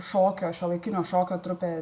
šokio šiuolaikinio šokio trupė